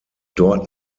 dort